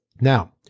Now